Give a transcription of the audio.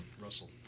Russell